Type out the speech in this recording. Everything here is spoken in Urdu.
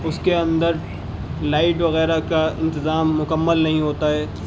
اس کے اندر لائٹ وغیرہ کا انتظام مکمل نہیں ہوتا ہے